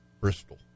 Bristol